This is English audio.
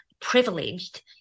privileged